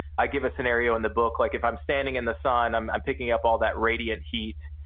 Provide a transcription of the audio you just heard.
i give a scenario in the book, like if i'm standing in the sun, i'm i'm picking up all that radiant heat,